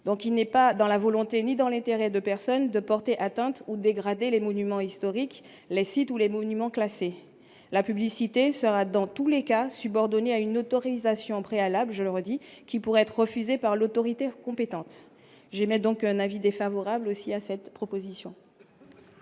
donc il n'est pas dans la volonté, ni dans l'intérêt de personne de porter atteinte ou dégradé les monuments historiques, les sites ou les monuments classés, la publicité sera dans tous les cas, subordonnée à une autorisation préalable, je le redis, qui pourrait être refusée par l'autorité compétente, j'aimais donc un avis défavorable aussi à cette proposition.